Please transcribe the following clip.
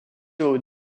aux